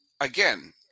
again